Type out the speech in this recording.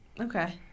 Okay